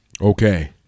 okay